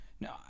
No